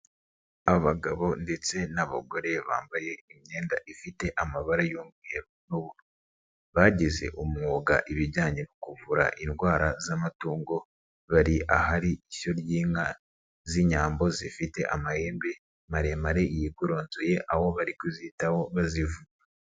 Abagabo ndetse n'abagore bambaye imyenda ifite amabara y'umweru n'ubururu, bagize umwuga ibijyanye no kuvura indwara z'amatungo, bari ahari ishyo ry'inka z'inyambo zifite amahembe maremare yigoronzoye, aho bari kuzitaho bazivura.